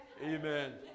Amen